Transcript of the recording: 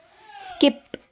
skip